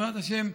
בעזרת השם,